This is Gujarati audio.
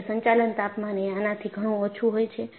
કેમકે સંચાલન તાપમાન એ આનાથી ઘણું ઓછું હોય છે